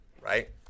Right